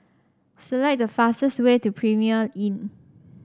select the fastest way to Premier Inn